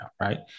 Right